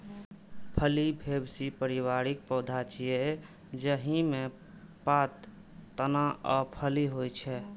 फली फैबेसी परिवारक पौधा छियै, जाहि मे पात, तना आ फली होइ छै